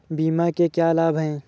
बीमा के क्या लाभ हैं?